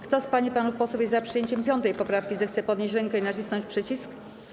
Kto z pań i panów posłów jest za przyjęciem 5. poprawki, zechce podnieść rękę i nacisnąć przycisk.